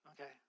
Okay